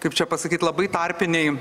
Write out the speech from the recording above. kaip čia pasakyt labai tarpinėj